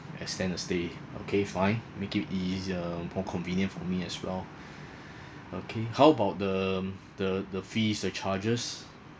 extend the stay okay fine make it easier more convenient for me as well okay how about the the the fees the charges